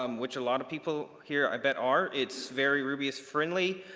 um which a lot of people here, i bet are. it's very rubious friendly,